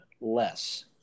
less